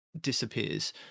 disappears